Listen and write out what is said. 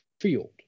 field